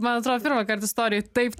man atrodo pirmąkart istorijoj taip